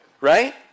right